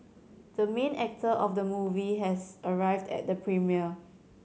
the main actor of the movie has arrived at the premiere